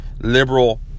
liberal